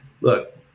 Look